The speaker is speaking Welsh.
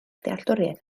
dealltwriaeth